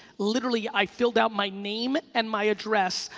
literally i filled out my name and my address.